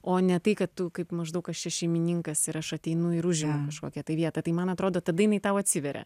o ne tai kad kaip maždaug aš čia šeimininkas ir aš ateinu ir užimu kažkokią tai vietą tai man atrodo tada jinai tau atsiveria